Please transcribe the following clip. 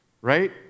right